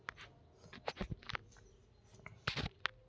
bank ಎಕ್ಸಾಮಗ ಅರ್ಜಿ ಹಾಕಿದೋರ್ ವಯ್ಯಸ್ ಇಪ್ಪತ್ರಿಂದ ಮೂವತ್ ಇರಬೆಕ್